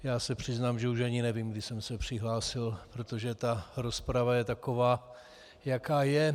Já se přiznám, že už ani nevím, kdy jsem se přihlásil, protože rozprava je taková, jaká je.